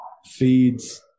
feeds